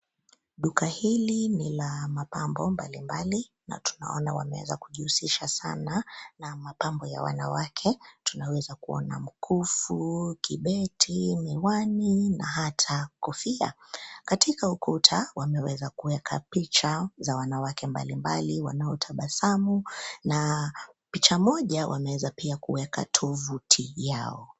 Duka hili ni la mapambo mbalimbali, na tunaona wameweza kujihusisha sana na mapambo ya wanawake. Tunaweza kuona mkufu, kibeti, miwani na hata kofia. Katika ukuta, wameweza kuweka picha za wanawake mbalimbali wanaotabasamu, na picha moja wameanza pia kuweka tovuti yao.